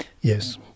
Yes